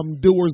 doers